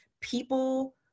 people